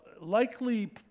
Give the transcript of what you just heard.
likely